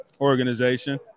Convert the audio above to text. organization